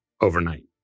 overnight